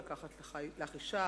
"ולקחת לך אשה",